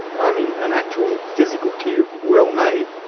i mean an actual physical cube, well made.